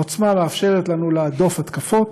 העוצמה מאפשרת לנו להדוף התקפות,